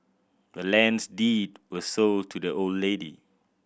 the land's deed was sold to the old lady